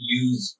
use